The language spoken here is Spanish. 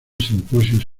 simposios